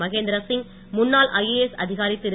மகேந்திர சிங் முன்னாள் ஐஏஎஸ் அதிகாரி திரு